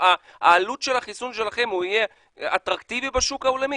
העלות של החיסון שלכם תהיה אטרקטיבית בשוק העולמי?